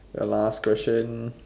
a last question